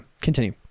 continue